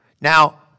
Now